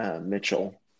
Mitchell